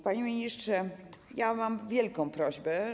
Panie ministrze, mam wielką prośbę.